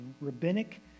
rabbinic